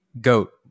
Goat